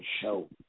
show